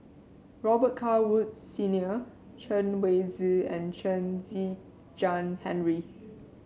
Robet Carr Woods Senior Chen Wen Hsi and Chen Kezhan Henri